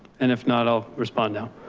and if not, i'll respond now.